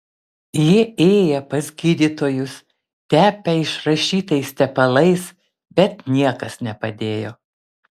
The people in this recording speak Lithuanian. jie ėję pas gydytojus tepę išrašytais tepalais bet niekas nepadėjo